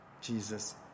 Jesus